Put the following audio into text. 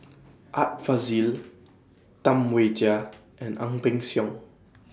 Art Fazil Tam Wai Jia and Ang Peng Siong